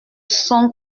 son